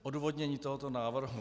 Odůvodnění tohoto návrhu.